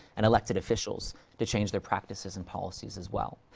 and elected officials to change their practices and policies as well.